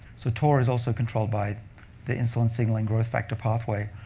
so tor is also controlled by the insulin-signaling growth factor pathway,